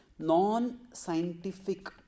Non-scientific